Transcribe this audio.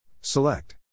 Select